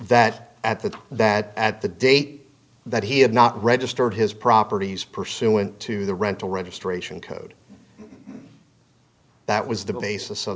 that at that that at the date that he had not registered his properties pursuant to the rental registration code that was the basis of